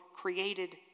created